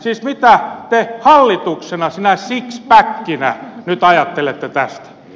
siis mitä te hallituksena sinä sixpackinä nyt ajattelette tästä